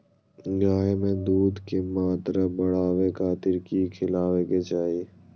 गाय में दूध के मात्रा बढ़ावे खातिर कि खिलावे के चाही?